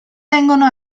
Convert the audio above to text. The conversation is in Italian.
vengono